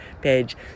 page